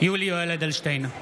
מזכיר הכנסת דן מרזוק: